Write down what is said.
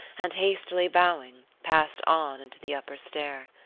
and, hastily bowing, passed on into the upper stair.